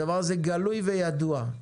הדבר הזה גלוי וידוע.